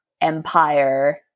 empire